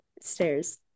stairs